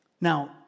Now